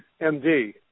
MD